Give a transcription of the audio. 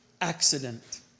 accident